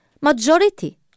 majority